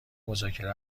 مذاکره